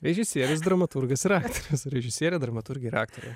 režisierius dramaturgas ir aktorius režisierė dramaturgė ir aktorė